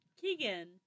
Keegan